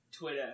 Twitter